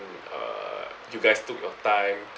uh you guys took your time